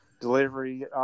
delivery